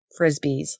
Frisbees